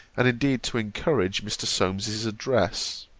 and indeed to encourage mr. solmes's address.